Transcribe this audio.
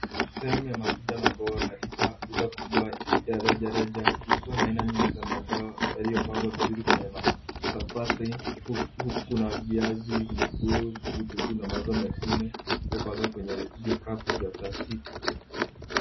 Sehemu ya matunda na mboga katika duka kubwa ya rejareja ikiwa na aina nyingi za mazao yaliyopangwa vizuri kwenye makabati. Kuna viazi vikuu, vitunguu na mazao mengine, yako hapo kwenye vikapu vya plastiki.